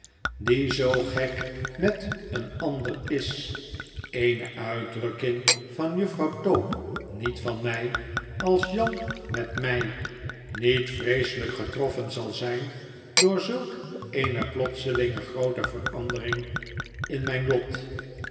die zoo gek met een ander is eene uitdrukking van juffrouw tope niet van my als jan met my niet vreeselijk getroffen zal zyn door zulk eene plotselinge groote verandering in myn lot